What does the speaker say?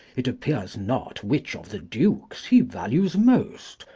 it appears not which of the dukes he values most,